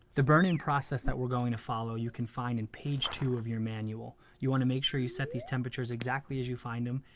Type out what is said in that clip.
the burn-in process that we're going to follow you can find in page two of your manual. you want to make sure you set these temperatures exactly as you find them.